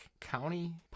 County